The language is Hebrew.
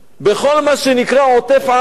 בכל מה שנקרא עוטף-עזה.